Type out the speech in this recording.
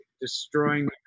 destroying